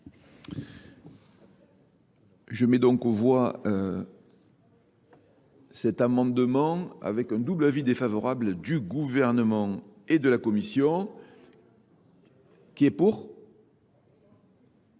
Je mets donc au voie cet amendement avec un double avis défavorable du gouvernement et de la Commission, Qui est pour ?